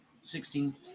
Sixteen